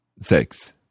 sechs